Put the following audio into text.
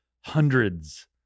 hundreds